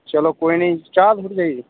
चलो कोई नी चाह् थोड़ी चाहिदी